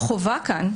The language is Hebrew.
החובה כאן,